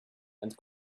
and